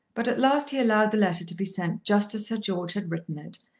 but at last he allowed the letter to be sent just as sir george had written it,